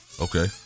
Okay